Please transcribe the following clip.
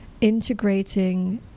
integrating